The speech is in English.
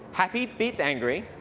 happy beats angry,